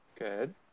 good